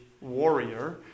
warrior